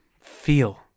feel